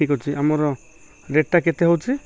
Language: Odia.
ଠିକ୍ ଅଛି ଆମର ରେଟ୍ଟା କେତେ ହେଉଛି